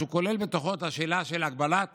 מכיוון שהוא כולל בתוכו את השאלה של הפעלת